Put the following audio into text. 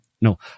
No